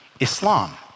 Islam